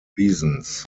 reasons